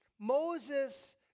Moses